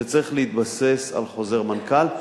זה צריך להתבסס על חוזר מנכ"ל.